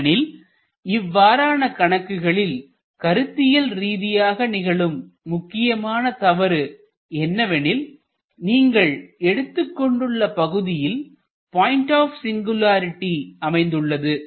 ஏனெனில் இவ்வாறான கணக்குகளில் கருத்தியல் ரீதியாக நிகழும் முக்கியமான தவறு என்னவெனில் நீங்கள் எடுத்துக் கொண்டுள்ள பகுதியில் பாயிண்ட் ஆப் சிங்குலரிடி அமைந்துள்ளது